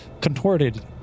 contorted